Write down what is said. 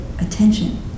attention